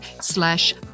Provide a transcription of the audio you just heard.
slash